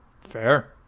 Fair